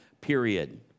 period